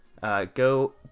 Go